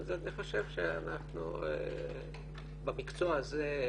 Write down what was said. אז אני חושב שאנחנו במקצוע הזה,